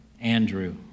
Andrew